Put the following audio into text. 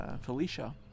Felicia